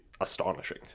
astonishing